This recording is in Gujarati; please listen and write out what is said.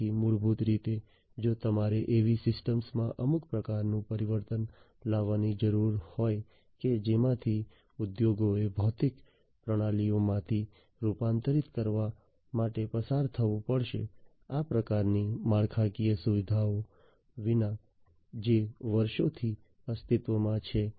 તેથી મૂળભૂત રીતે જો તમારે એવી સિસ્ટમમાં અમુક પ્રકારનું પરિવર્તન લાવવાની જરૂર હોય કે જેમાંથી ઉદ્યોગોએ ભૌતિક પ્રણાલીઓમાંથી રૂપાંતરિત કરવા માટે પસાર થવું પડશે આ પ્રકારની માળખાકીય સુવિધાઓ વિના જે વર્ષોથી અસ્તિત્વમાં છે